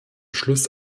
schluss